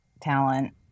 talent